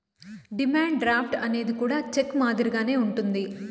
demand draft అనేది కూడా cheque మాదిరిగానే ఉంటది